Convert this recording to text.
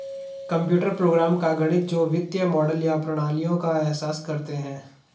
computer program का गणित जो वित्तीय मॉडल या प्रणालियों का एहसास करते हैं